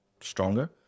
stronger